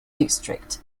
district